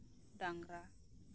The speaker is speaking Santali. ᱰᱟᱝᱨᱟ